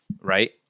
right